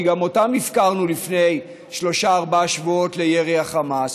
כי גם אותם הפקרנו לפני שלושה-ארבעה שבועות לירי החמאס,